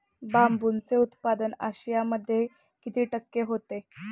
बांबूचे उत्पादन आशियामध्ये किती टक्के होते?